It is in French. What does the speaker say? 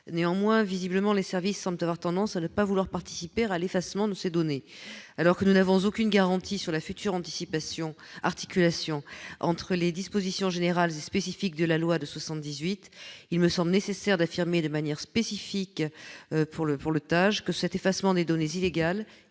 Néanmoins, les services semblent visiblement avoir tendance à ne pas vouloir participer à l'effacement de ces données. Alors que nous n'avons aucune garantie sur la future articulation entre les dispositions générales et spécifiques de la loi de 1978, il me semble nécessaire d'affirmer, de manière spécifique pour le TAJ, que l'effacement des données illégales